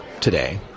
today